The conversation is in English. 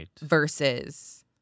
versus